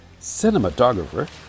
cinematographer